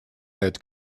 had